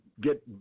get